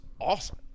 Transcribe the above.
awesome